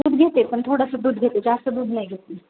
दूध घेते पण थोडंसं दूध घेते जास्त दूध नाही घेत ती